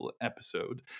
episode